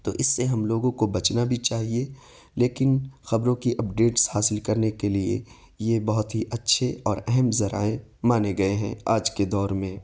تو اس سے ہم لوگوں کو بچنا بھی چاہیے لیکن خبروں کی اپڈیٹس حاصل کرنے کے لیے یہ بہت ہی اچھے اور اہم ذرائع مانے گئے ہیں آج کے دور میں